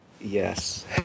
Yes